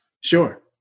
Sure